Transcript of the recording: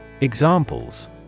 Examples